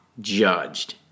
judged